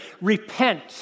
repent